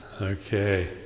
Okay